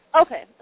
Okay